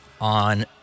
On